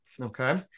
Okay